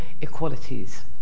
Equalities